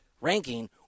ranking